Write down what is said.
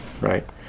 right